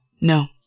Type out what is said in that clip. No